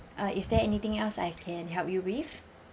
uh is there anything else I can help you with